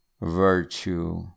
virtue